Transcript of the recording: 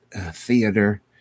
Theater